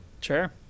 Sure